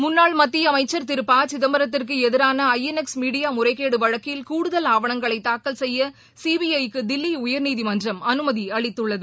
முன்னாள் மத்திய அமைச்சர் திரு ப சிதம்பரத்திற்கு எதிரான ஐஎன்எஸ் மீடியா முறைகேடு வழக்கில் கூடுதல் ஆவணங்களை தாக்கல் செய்ய சிபிஐக்கு தில்லி உயர்நீதிமன்றம் அனுமதி அளித்துள்ளது